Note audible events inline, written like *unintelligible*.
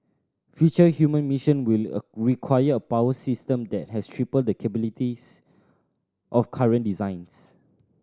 future human mission will *unintelligible* require a power system that has triple the capabilities of current designs